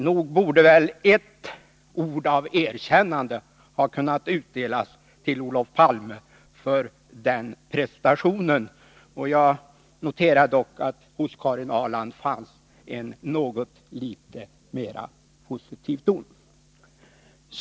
Nog borde väl ett ord av erkännande ha kunnat utdelas till Olof Palme för den prestationen! Jag noterade dock en något mera positiv syn hos Karin Ahrland.